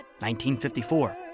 1954